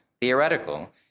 theoretical